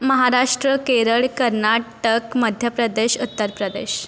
Maharashtra Kerala Karnataka Madhya Pradesh Uttar Pradesh